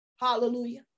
Hallelujah